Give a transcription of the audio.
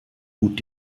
gut